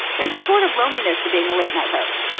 there's a sort of loneliness to being a late night host.